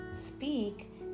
speak